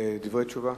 דברי תשובה.